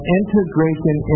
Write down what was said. integration